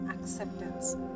acceptance